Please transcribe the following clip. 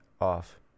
Off